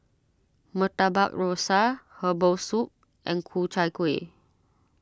Murtabak Rusa Herbal Soup and Ku Chai Kuih